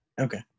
Okay